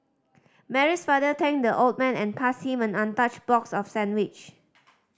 Mary's father thanked the old man and passed him an untouched box of sandwich